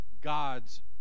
God's